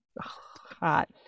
hot